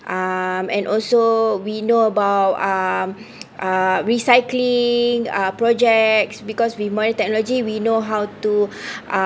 um and also we know about um uh recycling uh projects because with modern technology we know how to uh